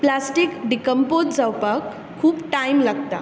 plastic decompose जावपाक खूब time लागता